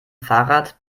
fahrrad